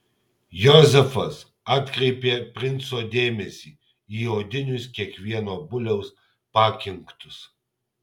jozefas atkreipė princo dėmesį į odinius kiekvieno buliaus pakinktus